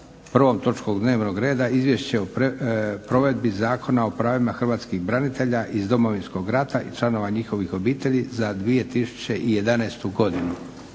prvom točkom dnevnog reda Izvješće o provedbi Zakona o prvima Hrvatskih branitelja iz Domovinskog rata i članova njihovih obitelji za 2011. Godinu.